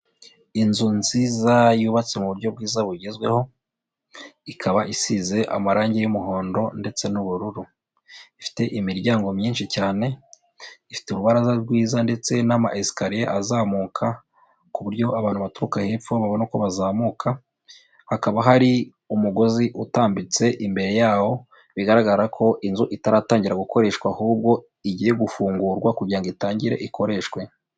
Inzu nziza yubatse mu buryo bwiza bugezweho, ikaba isize amarangi y'umuhondo ndetse n'ubururu. Ifite imiryango myinshi cyane, ifite urubaraza rwiza ndetse n'amayesikariye azamuka, ku buryo abantu baturuka hepfo babona uko bazamuka. Hakaba hari umugozi utambitse imbere yawo, bigaragara ko inzu itaratangira gukoreshwa, ahubwo igiye gufungurwa kugira itangire ikoreshwe.